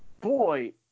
boy